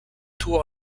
tours